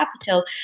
capital